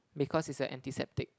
because it's a antiseptic